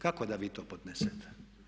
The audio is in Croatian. Kako da vi to podnesete?